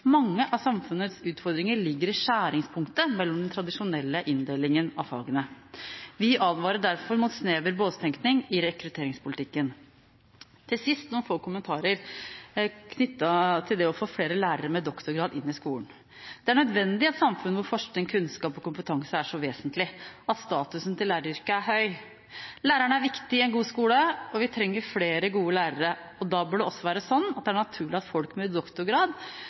Mange av samfunnets utfordringer ligger i skjæringspunktet for den tradisjonelle inndelingen av fagene. Vi advarer derfor mot snever båstenkning i rekrutteringspolitikken. Til sist noen få kommentarer knyttet til det å få flere lærere med doktorgrad inn i skolen. Det er nødvendig i et samfunn der forskning, kunnskap og kompetanse er så vesentlig, at statusen til læreryrket er høy. Læreren er viktig i en god skole, og vi trenger flere gode lærere. Da bør det også være sånn at det er naturlig at folk med doktorgrad